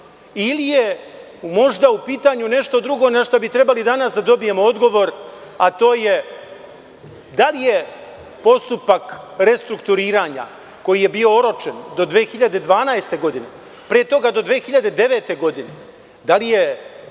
Ili je možda u pitanju nešto drugo na šta bi trebali danas da dobijemo odgovor, a to je – da li je postupak restrukturiranja koji je bio oročen do 2012. godine, pre toga do 2009. godine, da li je zaista moralo